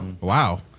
wow